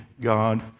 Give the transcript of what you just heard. God